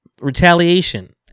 retaliation